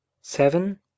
Seven